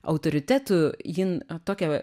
autoritetu jin tokią